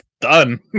done